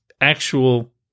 Actual